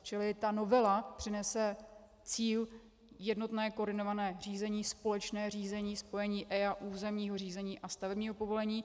Čili novela přinese cíl jednotné koordinované řízení, společné řízení, spojení EIA, územního řízení a stavebního povolení.